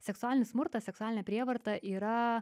seksualinis smurtas seksualinė prievarta yra